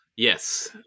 Yes